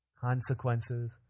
consequences